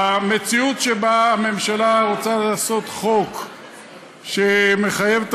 המציאות שבה הממשלה רוצה לעשות חוק שמחייב את